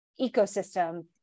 ecosystem